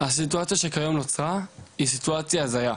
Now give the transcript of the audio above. הסיטואציה שכיום נוצרה היא סיטואציה הזיה.